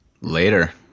Later